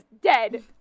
dead